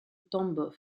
tambov